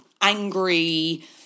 angry